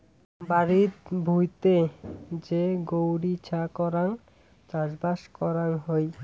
বাড়িত ভুঁইতে যে গৈরী ছা করাং চাষবাস করাং হই